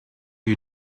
you